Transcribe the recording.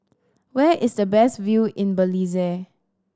where is the best view in Belize